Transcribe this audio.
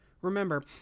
Remember